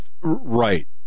Right